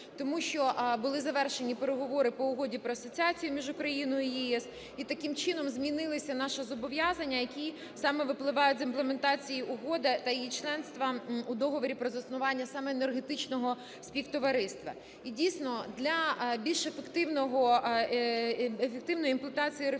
Тому що були завершені переговори по Угоді про асоціацію між Україною і ЄС, і таким чином змінилися наші зобов'язання, які саме випливають з імплементації Угоди та її членства у Договорі про заснування саме енергетичного співтовариства. І, дійсно, для більш ефективної імплементації реформ,